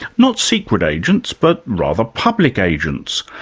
not secret agents, but rather public agents.